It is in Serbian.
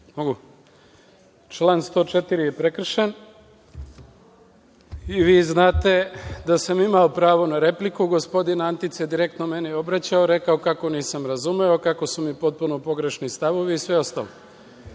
Član 104. je prekršen.I vi znate da sam imao pravo na repliku. Gospodin Antić se direktno meni obraćao, rekao kako nisam razumeo, kako su mi potpuno pogrešni stavovi i sve ostalo.